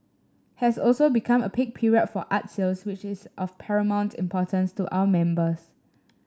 has also become a peak period for art sales which is of paramount importance to our members